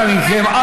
אנא מכם,